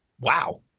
Wow